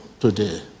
today